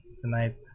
tonight